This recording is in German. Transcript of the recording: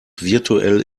virtuell